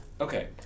Okay